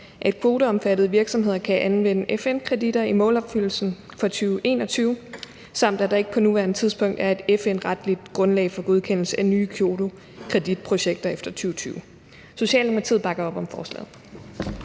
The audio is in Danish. at kvoteomfattede virksomheder kan anvende FN-kreditter i målopfyldelsen for 2021, samt at der ikke på nuværende tidspunkt er et FN-retligt grundlag for godkendelse af nye Kyotokreditprojekter efter 2020. Socialdemokratiet bakker op om forslaget.